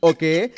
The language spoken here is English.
Okay